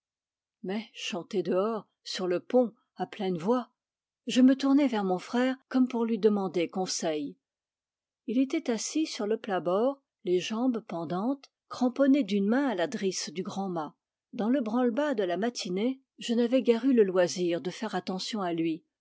mais chanter dehors sur le pont à pleine voix je me tournai vers mon frère comme pour lui demander conseil il était assis sur le plat-bord les jambes pendantes cramponné d'une main à la drisse du grand mât dans le branle-bas de la matinée je n'avais guère eu le loisir de faire attention a lui